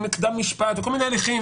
אם זה קדם משפט וכל מיני הליכים,